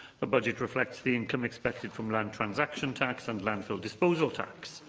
the budget reflects the income expected from land transaction tax and landfill disposal tax.